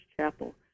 Chapel